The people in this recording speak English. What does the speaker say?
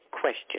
question